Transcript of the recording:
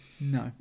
no